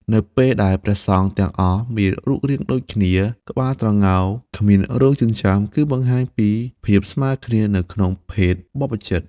នៅពេលដែលព្រះសង្ឃទាំងអស់មានរូបរាងដូចគ្នា (ក្បាលត្រងោល គ្មានរោមចិញ្ចើម) គឺបង្ហាញពីភាពស្មើគ្នានៅក្នុងភេទបព្វជិត។